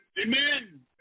Amen